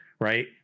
Right